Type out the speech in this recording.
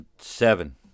Seven